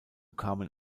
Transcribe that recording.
kamen